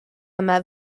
yma